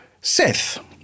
Seth